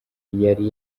yari